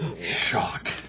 Shock